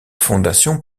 fondation